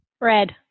Red